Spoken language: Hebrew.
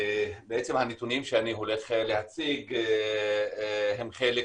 בעצם הנתונים שאני הולך להציג הם חלק